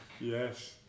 yes